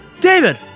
David